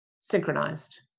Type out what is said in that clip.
synchronized